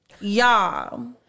y'all